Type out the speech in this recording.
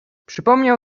przypomniał